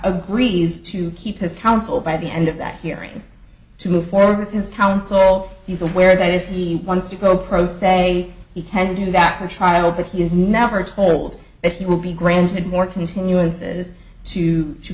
agrees to keep his counsel by the end of that hearing to move forward with his counsel he's aware that if he wants to go pro se he tend to do that for trial but he is never told if he will be granted more continuances two to